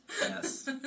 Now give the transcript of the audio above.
Yes